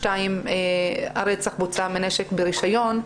בשתיים הרצח בוצע עם נשק ברישיון,